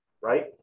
Right